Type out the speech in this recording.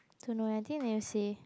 don't know leh I think they'll say